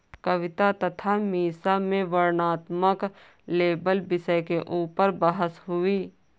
कविता तथा मीसा में वर्णनात्मक लेबल विषय के ऊपर बहस हुई